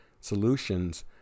solutions